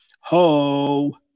ho